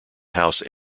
house